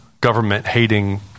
government-hating